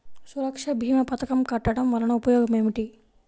సురక్ష భీమా పథకం కట్టడం వలన ఉపయోగం ఏమిటి?